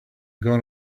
gone